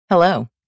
Hello